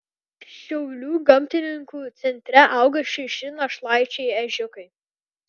šiaulių gamtininkų centre auga šeši našlaičiai ežiukai